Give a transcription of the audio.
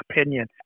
opinion